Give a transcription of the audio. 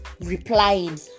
replying